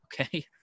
Okay